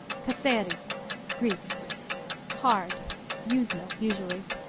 kasseri greece hard ewe's milk, usually.